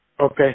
Okay